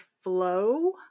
flow